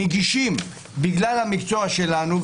בגלל המקצוע שלנו,